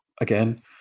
again